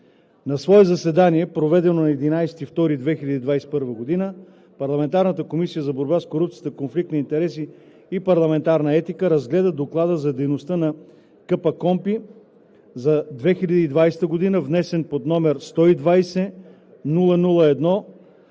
„На свое заседание, проведено на 11 февруари 2021 г., парламентарната Комисия за борба с корупцията, конфликт на интереси и парламентарна етика разгледа Доклада за дейността на КПКОНПИ за 2020 г., внесен под № 120 00